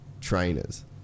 trainers